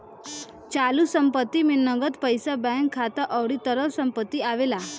चालू संपत्ति में नगद पईसा बैंक खाता अउरी तरल संपत्ति आवेला